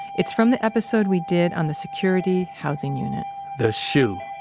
it's from the episode we did on the security housing unit the shu.